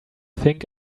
think